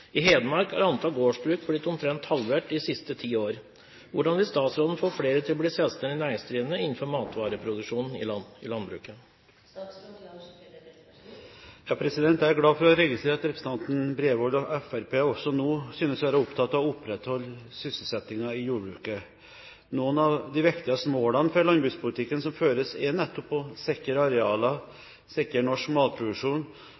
I Hedmark har antall gårdsbruk blitt omtrent halvert i de siste ti år. Hvordan vil statsråden få flere til å bli selvstendig næringsdrivende innenfor matvareproduksjonen i landbruket?» Jeg er glad for å registrere at representanten Bredvold og Fremskrittspartiet også nå synes å være opptatt av å opprettholde sysselsettingen i jordbruket. Noen av de viktigste målene for landbrukspolitikken som føres, er nettopp å sikre